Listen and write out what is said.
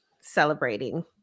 celebrating